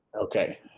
Okay